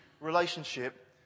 relationship